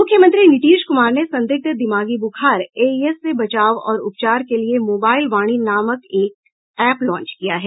मुख्यमंत्री नीतीश कुमार ने संदिग्ध दिमागी बुखार एईएस से बचाव और उपचार के लिए मोबाईल वाणी नामक एक एप लान्च किया है